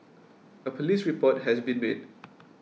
a police report has been made